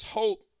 hope